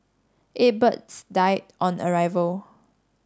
eight birds died on arrival